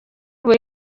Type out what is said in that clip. buri